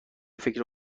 فکر